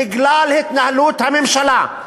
בגלל התנהלות הממשלה,